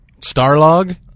Starlog